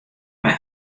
mei